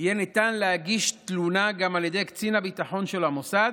יהיה ניתן להגיש תלונה גם על ידי קצין הביטחון של המוסד